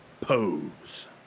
pose